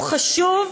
הוא חשוב,